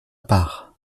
part